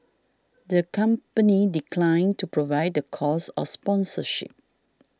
the company declined to provide the cost of sponsorship